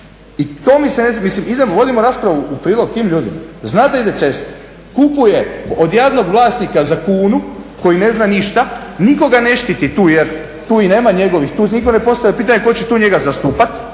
i to mi se, mislim vodimo raspravu u prilog tim ljudima. Zna da ide cesta, kupuje od jadnog vlasnika za kunu koji ne znam ništa, nitko ga ne štiti tu jer tu i nema njegovih, tu nitko ne postavlja pitanje tko će tu njega zastupati,